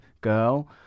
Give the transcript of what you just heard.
girl